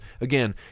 again